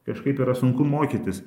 kažkaip yra sunku mokytis